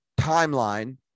timeline